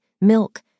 milk